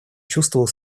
чувствовал